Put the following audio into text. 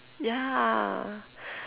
yeah